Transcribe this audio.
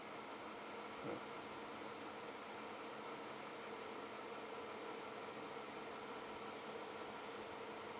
mm